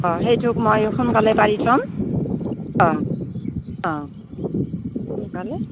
অ সেইঠোক মই সোনকালে পাৰি থ'ম অ অ সোনকালে